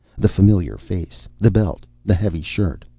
the familiar face, the belt, the heavy shirt,